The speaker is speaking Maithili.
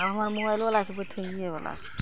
आब हमर मोबाइल वाला से ठिए बला छै